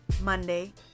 Monday